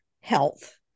health